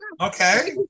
Okay